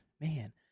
man